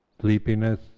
sleepiness